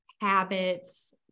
habits